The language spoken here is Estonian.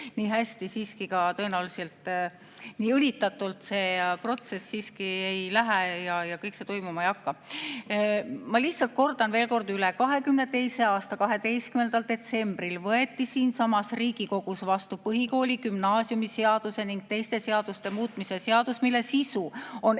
nii hästi ei ole, tegelikult nii õlitatult see protsess siiski ei lähe ja kõik nii hästi toimima ei hakka. Ma lihtsalt kordan veel üle: 2022. aasta 12. detsembril võeti siinsamas Riigikogus vastu põhikooli- ja gümnaasiumiseaduse ning teiste seaduste muutmise seadus, mille sisu on